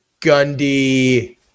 Gundy